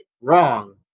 Wrong